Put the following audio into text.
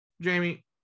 Jamie